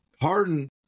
Harden